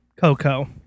Coco